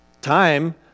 Time